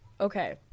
Okay